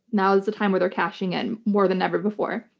now is the time where they're cashing in, more than ever before.